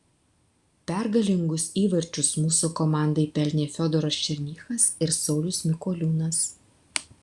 pergalingus įvarčius mūsų komandai pelnė fiodoras černychas ir saulius mikoliūnas